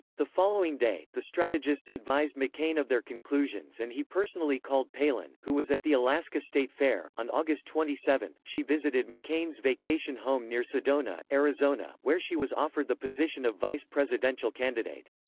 the following day, the strategists advised mccain of their conclusions and he personally called palin, who was at the alaska state fair on august twenty seven, she visited mccain's vacation home near sedona, arizona, where she was offered the position of vice-presidential candidate.